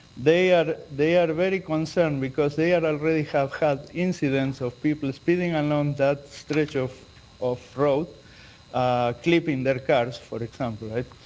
they are they are very concerned. because they already have had incidents of people speeding along that stretch of of road, clipping their cars, for example, right?